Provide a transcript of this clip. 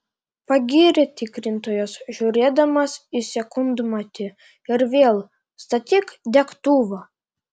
pagyrė tikrintojas žiūrėdamas į sekundmatį ir vėl statyk degtuvą